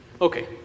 Okay